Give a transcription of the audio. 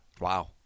Wow